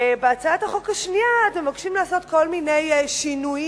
ובהצעת החוק השנייה אתם מבקשים לעשות כל מיני שינויים